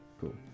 Cool